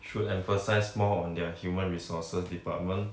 should emphasise more on their human resources department